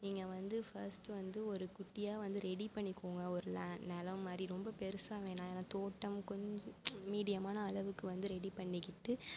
நீங்கள் வந்து ஃபர்ஸ்டு வந்து ஒரு குட்டியாக வந்து ரெடி பண்ணிக்கோங்க ஒரு ந நிலம் மாதிரி ரொம்ப பெருசாக வேணாம் ஏன்னா தோட்டம் கொஞ்சம் மீடியமான அளவுக்கு வந்து ரெடி பண்ணிக்கிட்டு